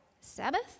Sabbath